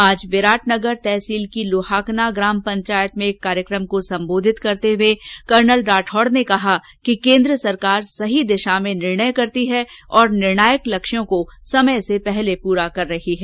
आज विराटनगर तहसील की लुहाकना ग्राम पंचायत में एक कार्यक्रम को संबोंधित करते हुये कर्नल राठौड़ ने कहा कि केन्द्र सरकार सही दिशा में निर्णय करती है और निर्णायक लक्ष्यों को समय से पहले पूरा कर रही है